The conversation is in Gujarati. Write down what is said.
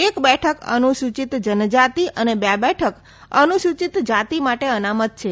એક બેઠક અનુસુયિત જનજાતિ અને બે બેઠક અનુસુયિત જાતિ માટે અનામત છે